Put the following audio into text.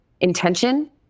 intention